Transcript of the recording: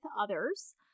others